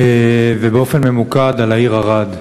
ובאופן ממוקד על העיר ערד.